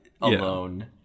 alone